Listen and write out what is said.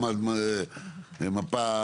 (מקרינה שקף,